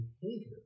behavior